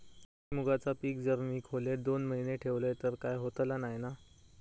भुईमूगाचा पीक जर मी खोलेत दोन महिने ठेवलंय तर काय होतला नाय ना?